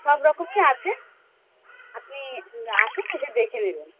সব রকমই আছে আপনি আসুন এসে দেখে নেবেন